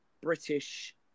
British